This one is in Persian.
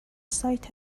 سایت